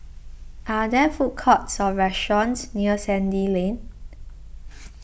are there food courts or restaurants near Sandy Lane